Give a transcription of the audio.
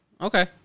Okay